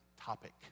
topic